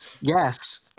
yes